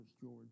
George